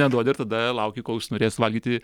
neduodi ir tada lauki kol užsinorės valgyti